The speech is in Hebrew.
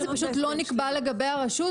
זה פשוט לא נקבע לגבי הרשות,